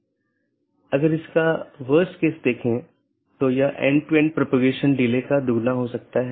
और BGP protocol के तहत एक BGP डिवाइस R6 को EBGP के माध्यम से BGP R1 से जुड़ा हुआ है वहीँ BGP R3 को BGP अपडेट किया गया है और ऐसा ही और आगे भी है